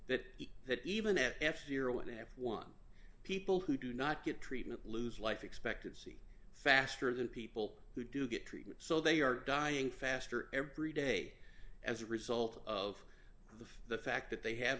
that that even at f zero f one people who do not get treatment lose life expectancy faster than people who do get treatment so they are dying faster every day as a result of the the fact that they have